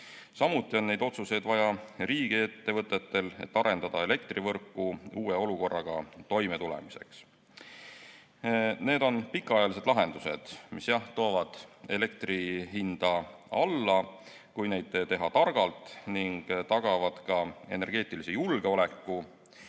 Samuti on neid otsuseid vaja riigiettevõtetel, et arendada elektrivõrku uue olukorraga toimetulemiseks. Need on pikaajalised lahendused, mis toovad elektri hinda alla, kui neid teha targalt, ning tagavad ka energeetilise julgeoleku,